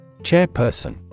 Chairperson